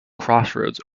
crossroads